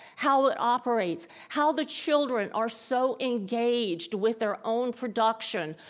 how it operates, how the children are so engaged with their own production,